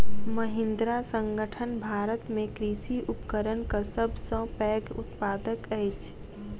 महिंद्रा संगठन भारत में कृषि उपकरणक सब सॅ पैघ उत्पादक अछि